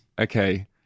okay